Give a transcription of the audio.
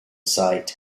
site